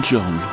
John